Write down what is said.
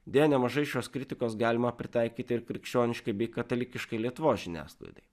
deja nemažai šios kritikos galima pritaikyti ir krikščioniškai bei katalikiškai lietuvos žiniasklaidai